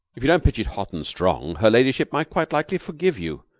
if you don't pitch it hot and strong, her ladyship might quite likely forgive you.